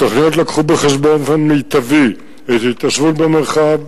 התוכניות הביאו בחשבון באופן מיטבי את ההתיישבות במרחב,